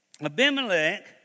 Abimelech